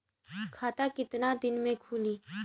खाता कितना दिन में खुलि?